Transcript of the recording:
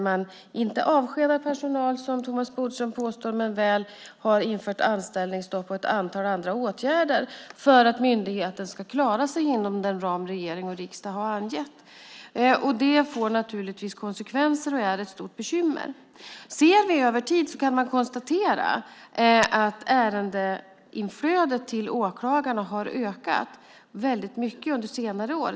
Man avskedar inte personal, som Thomas Bodström påstår, men man har infört anställningsstopp och ett antal andra åtgärder för att myndigheten ska klara sig inom den ram regering och riksdag har angett. Det får naturligtvis konsekvenser och är ett stort bekymmer. Ser vi över tid kan vi konstatera att ärendeinflödet till åklagarna har ökat mycket under senare år.